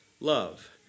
Love